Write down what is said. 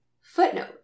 Footnote